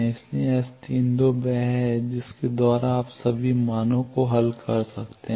इसलिए S 3 2 वह है जिसके द्वारा आप सभी मानों को हल कर सकते हैं